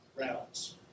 rounds